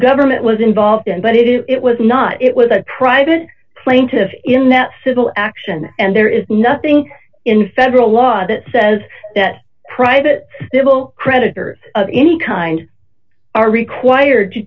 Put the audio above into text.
government was involved in but it was not it was a private plaintiff in that civil action and there is nothing in federal law that says that private little creditors of any kind are required to